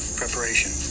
preparation